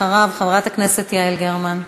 אחריו, חברת הכנסת יעל גרמן.